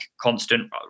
constant